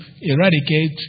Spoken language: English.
eradicate